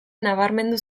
nabarmendu